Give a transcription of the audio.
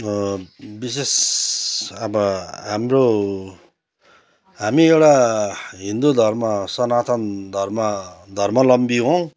विशेष अब हाम्रो हामी एउटा हिन्दू धर्म सनातन धर्म धर्मावलम्बी हौँ